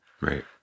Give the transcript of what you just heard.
Right